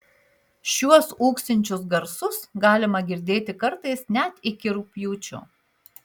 šiuos ūksinčius garsus galima girdėti kartais net iki rugpjūčio